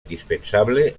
indispensable